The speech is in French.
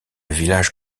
village